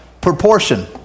proportion